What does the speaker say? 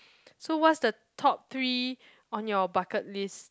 so what's the top three on your bucket list